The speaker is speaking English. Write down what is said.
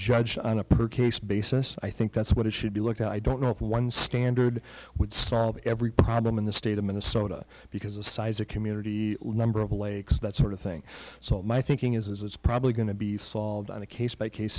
judged on a per case basis i think that's what it should be look i don't know if one standard would solve every problem in the state of minnesota because of size of community number of lakes that sort of thing so my thinking is it's probably going to be solved on a case by case